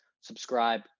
subscribe